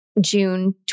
June